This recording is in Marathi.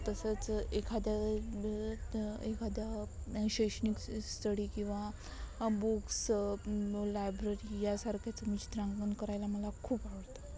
तसंच एखाद्या एखाद्या शैक्षणिक स्टडी किंवा बुक्स लायब्ररी यासारख्याचं मी चित्रांकन करायला मला खूप आवडतं